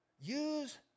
Use